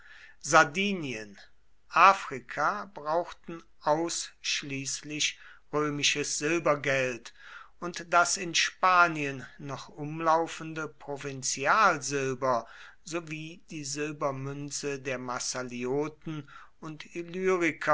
sardinien afrika brauchten ausschließlich römisches silbergeld und das in spanien noch umlaufende provinzialsilber sowie die silbermünze der massalioten und